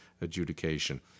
adjudication